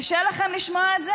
קשה לכם לשמוע את זה?